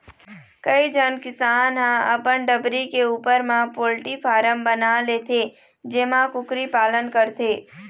कइझन किसान ह अपन डबरी के उप्पर म पोल्टी फारम बना लेथे जेमा कुकरी पालन करथे